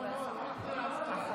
אחרי ההצבעה, חבר הכנסת כסיף.